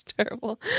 terrible